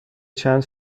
چند